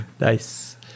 Nice